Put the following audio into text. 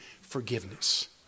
Forgiveness